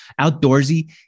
Outdoorsy